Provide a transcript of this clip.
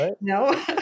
No